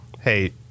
hey